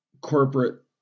corporate